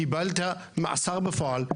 קיבלת מאסר בפועל,